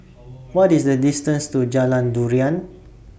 What IS The distance to Jalan Durian